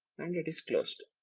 and it is closed.